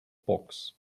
box